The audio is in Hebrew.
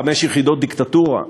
חמש יחידות דיקטטורה,